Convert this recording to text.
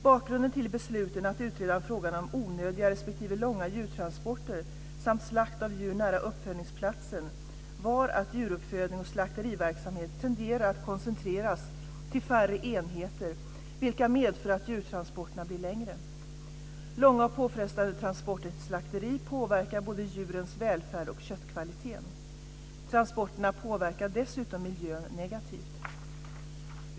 Bakgrunden till beslutet att utreda frågan om onödiga respektive långa djurtransporter samt slakt av djur nära uppfödningsplatsen var att djuruppfödning och slakteriverksamhet tenderar att koncentreras till färre enheter, vilket medför att djurtransporterna blir längre. Långa och påfrestande transporter till slakteri påverkar både djurens välfärd och köttkvaliteten. Transporterna påverkar dessutom miljön negativt.